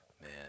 man